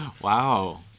Wow